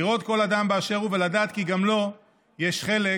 לראות כל אדם באשר הוא ולדעת כי גם לו יש חלק